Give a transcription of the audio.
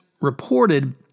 reported